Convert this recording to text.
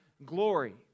Glory